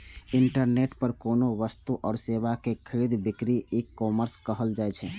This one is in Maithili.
इंटरनेट पर कोनो वस्तु आ सेवा के खरीद बिक्री ईकॉमर्स कहल जाइ छै